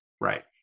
Right